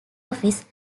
office